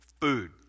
food